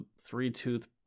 three-tooth